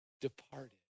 departed